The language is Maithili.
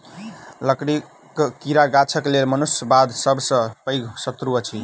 लकड़ीक कीड़ा गाछक लेल मनुष्य बाद सभ सॅ पैघ शत्रु अछि